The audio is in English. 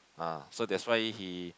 ah so that's why he